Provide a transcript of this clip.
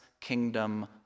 kingdom